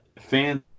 fans